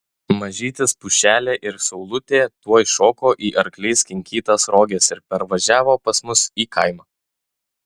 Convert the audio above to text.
mažytis pušelė ir saulutė tuoj šoko į arkliais kinkytas roges ir parvažiavo pas mus į kaimą